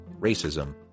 Racism